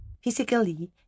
Physically